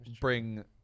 bring